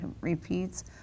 repeats